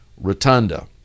Rotunda